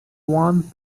want